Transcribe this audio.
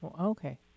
Okay